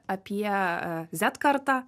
apie zet kartą